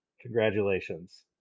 Congratulations